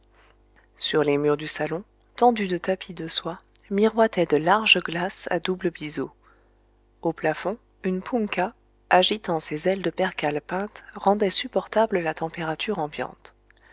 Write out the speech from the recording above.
sur les murs du salon tendus de tapis de soie miroitaient de larges glaces à double biseau au plafond une punka agitant ses ailes de percale peinte rendait supportable la température ambiante